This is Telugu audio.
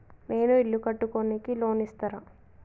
నేను ఇల్లు కట్టుకోనికి లోన్ ఇస్తరా?